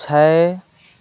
छै